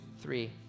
three